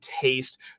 taste